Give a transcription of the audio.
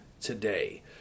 today